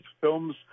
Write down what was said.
films